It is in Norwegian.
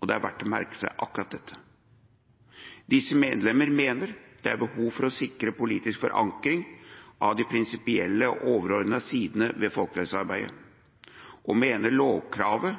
og det er verdt å merke seg akkurat dette. Disse medlemmer mener det er behov for å sikre politisk forankring av de prinsipielle og overordnede sidene ved